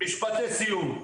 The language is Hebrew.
משפטי סיום,